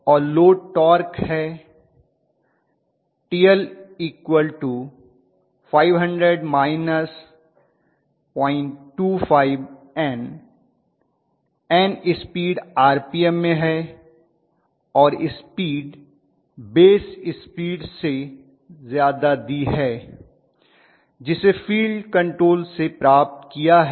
और load torque है TL 500−025n n speed RPM में है और स्पीड बेस स्पीड से ज्यादा दी है जिसे फील्ड कंट्रोल से प्राप्त किया है